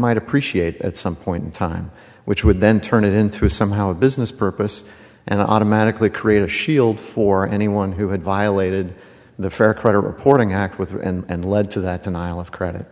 might appreciate at some point in time which would then turn it into somehow a business purpose and automatically create a shield for anyone who had violated the fair credit reporting act with and led to that denial of credit